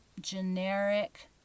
generic